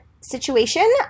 situation